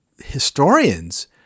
historians